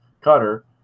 cutter